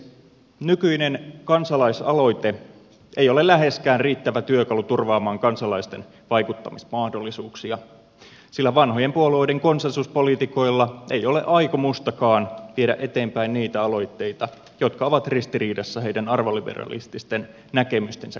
nykyinen kansalaisaloite ei ole läheskään riittävä työkalu turvaamaan kansalaisten vaikuttamismahdollisuuksia sillä vanhojen puolueiden konsensuspoliitikoilla ei ole aikomustakaan viedä eteenpäin niitä aloitteita jotka ovat ristiriidassa heidän arvoliberalististen näkemystensä kanssa